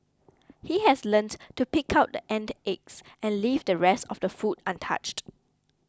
he has learnt to pick out the ant eggs and leave the rest of the food untouched